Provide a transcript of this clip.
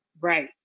Right